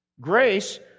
Grace